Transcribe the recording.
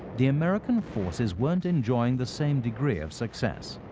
the american forces weren't enjoying the same degree of success.